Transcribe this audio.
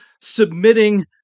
submitting